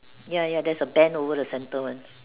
ya ya there's a band over the center one